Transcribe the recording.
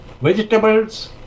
vegetables